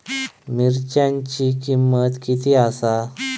मिरच्यांची किंमत किती आसा?